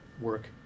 work